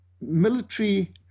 military